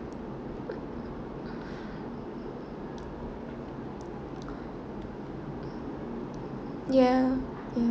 ya